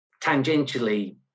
tangentially